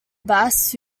bass